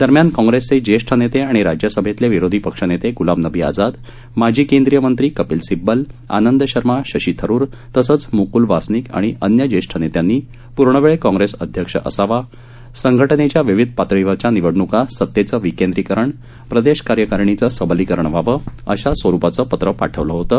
दरम्यान काँग्रेसचे ज्येष्ठ नेते आणि राज्यसभेतले विरोधी पक्षनेते गुलाम नबी आझाद माजी केंद्रीय मंत्री कपिल सिब्बल आनंद शर्मा शशी थरुर तसंच मुकुल वासनिक आणि अन्य ज्येष्ठ नेत्यांनी पूर्णवेळ काँग्रेस अध्यक्ष असावा संघटनेच्या विविध पातळीवरील निवडणुका सतेचं विकेंद्रीकरण प्रदेश कार्यकारिणींचं सबलीकरण व्हावं अशा स्वरुपाचं पत्र पाठवलं होतं